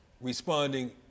responding